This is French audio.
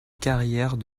carrière